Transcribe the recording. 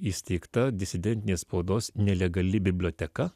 įsteigta disidentinės spaudos nelegali biblioteka